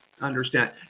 understand